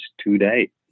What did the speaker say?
today